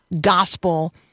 Gospel